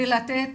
ולתת